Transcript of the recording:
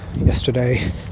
yesterday